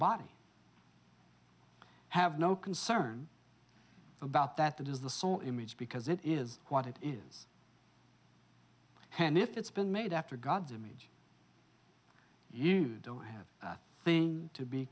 body have no concern about that that is the sole image because it is what it is and if it's been made after god's image you don't have things to be